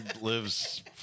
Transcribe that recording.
lives